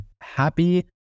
happy